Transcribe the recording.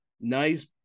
Nice